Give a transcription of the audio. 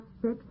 six